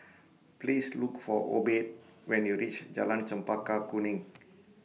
Please Look For Obed when YOU REACH Jalan Chempaka Kuning